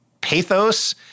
pathos